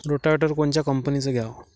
Rotavator कोनच्या कंपनीचं घ्यावं?